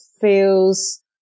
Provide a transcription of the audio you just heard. feels